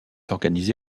organisé